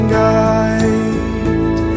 guide